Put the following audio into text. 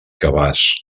cabàs